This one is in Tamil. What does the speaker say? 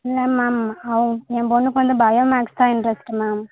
இல்லை மேம் அவங்க என் பொண்ணுக்கு வந்து பயோ மேக்ஸ் தான் இண்ட்ரெஸ்ட்டு மேம்